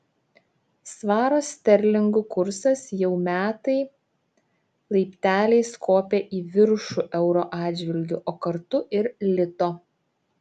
svaro sterlingų kursas jau metai laipteliais kopia į viršų euro atžvilgiu o kartu ir lito